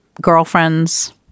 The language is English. girlfriends